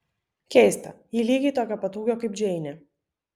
keista ji lygiai tokio pat ūgio kaip džeinė